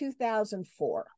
2004